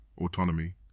autonomy